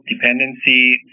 dependency